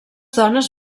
dones